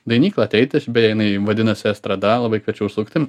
dainyklą ateiti aš beje jinai vadinasi estrada labai kviečiu užsukti